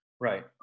Right